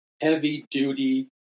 heavy-duty